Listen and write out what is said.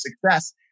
success